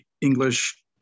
English